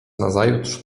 nazajutrz